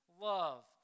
Love